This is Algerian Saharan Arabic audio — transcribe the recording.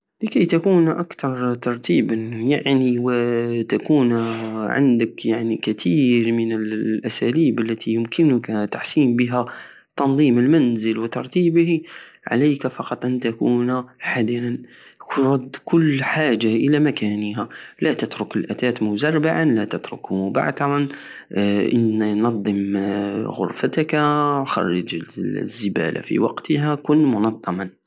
لكي تكون اكتر ترتيبا يعني وتكون عندك الكتير من الاساليب التى يمكنك تحسين بها تنظيم المنزل وترتيبه عليك فقط ان تكون حدرا رد كل حاجة الى مكانها لاتترك الاتات مزربعا لا تتركه مبعترا ان- ننظم غرفتك خرج الزبالة في وقتها كن منظما